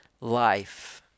life